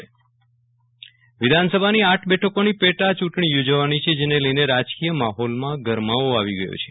વિરલ રાણા વિધાનસભાઃ પેટા ચૂંટણી વિધાનસભાની આઠ બેઠકોની પેટા ચૂંટણી યોજવાની છે જેને લઈ રાજકીય માહોલમાં ગરમાવી આવી ગયો છે